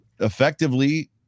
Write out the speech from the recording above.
Effectively